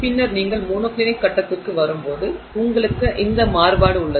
பின்னர் நீங்கள் மோனோக்ளினிக் கட்டத்திற்கு வரும்போது உங்களுக்கு இந்த மாறுபாடு உள்ளது